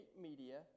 media